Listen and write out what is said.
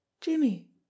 Jimmy